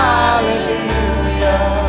Hallelujah